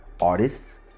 artists